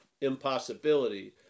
impossibility